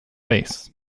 base